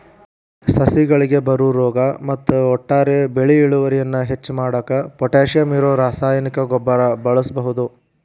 ಸಸಿಗಳಿಗೆ ಬರೋ ರೋಗ ಮತ್ತ ಒಟ್ಟಾರೆ ಬೆಳಿ ಇಳುವರಿಯನ್ನ ಹೆಚ್ಚ್ ಮಾಡಾಕ ಪೊಟ್ಯಾಶಿಯಂ ಇರೋ ರಾಸಾಯನಿಕ ಗೊಬ್ಬರ ಬಳಸ್ಬಹುದು